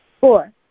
Four